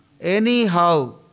Anyhow